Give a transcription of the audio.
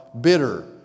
bitter